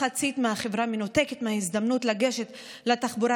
מחצית מהחברה מנותקת מההזדמנות לגשת לתחבורה